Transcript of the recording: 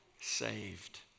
saved